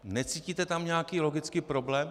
Necítíte tam nějaký logický problém?